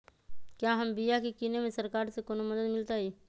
क्या हम बिया की किने में सरकार से कोनो मदद मिलतई?